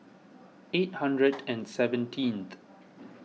eight hundred and seventeenth